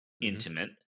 Intimate